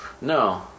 No